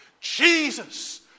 Jesus